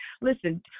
listen